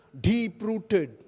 deep-rooted